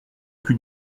plus